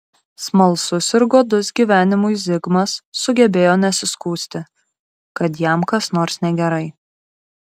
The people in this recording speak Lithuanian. smalsus ir godus gyvenimui zigmas sugebėjo nesiskųsti kad jam kas nors negerai